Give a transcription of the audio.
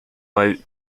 out